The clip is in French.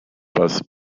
passent